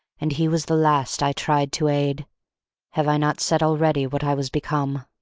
and he was the last i tried to aid have i not said already what i was become?